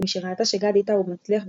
ומשראתה שגדי טאוב מצליח בהחלפתה,